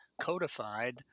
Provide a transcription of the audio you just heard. codified